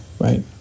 right